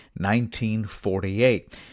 1948